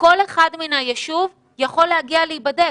כל אחד מן היישוב יכול להגיע להיבדק.